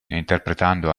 interpretando